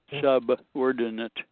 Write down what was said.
subordinate